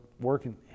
working